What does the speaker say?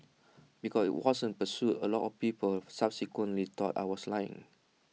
because IT wasn't pursued A lot of people subsequently thought I was lying